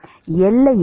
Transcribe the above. மாணவர் எல்லையில்